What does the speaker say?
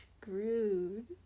screwed